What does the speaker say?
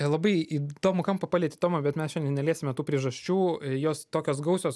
labai įdomų kampą palietei tomai bet mes šiandien neliesime tų priežasčių jos tokios gausios